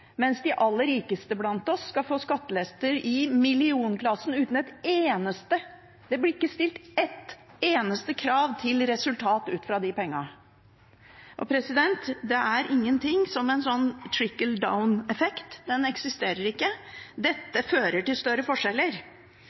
mens de aller rikeste blant oss skal få skatteletter i millionklassen uten at det blir stilt ett eneste krav til resultat ut fra de pengene. Det er ingen «trickle-down»-effekt, den eksisterer ikke. Dette fører til større forskjeller.